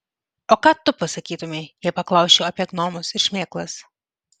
o ką tu pasakytumei jei paklausčiau apie gnomus ir šmėklas